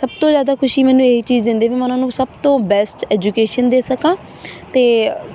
ਸਭ ਤੋਂ ਜ਼ਿਆਦਾ ਖੁਸ਼ੀ ਮੈਨੂੰ ਇਹ ਚੀਜ਼ ਦਿੰਦੀ ਆ ਵੀ ਮੈਂ ਉਹਨਾਂ ਨੂੰ ਸਭ ਤੋਂ ਬੈਸਟ ਐਜੂਕੇਸ਼ਨ ਦੇ ਸਕਾਂ ਅਤੇ